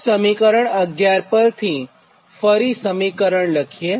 તો સમીકરણ 11 પરથી ફરી સમીકરણ લખીએ